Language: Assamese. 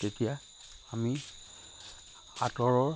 তেতিয়া আমি আঁতৰৰ